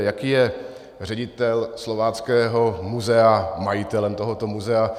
Jaký je ředitel Slováckého muzea majitelem tohoto muzea?